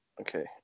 Okay